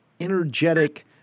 energetic